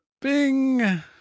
Bing